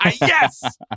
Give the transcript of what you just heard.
Yes